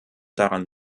daran